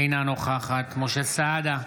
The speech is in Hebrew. אינה נוכחת משה סעדה,